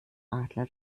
adler